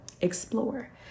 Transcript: explore